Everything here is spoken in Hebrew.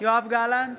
יואב גלנט,